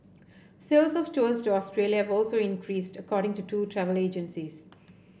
sales of tours to Australia have also increased according to two travel agencies